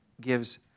gives